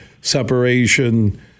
separation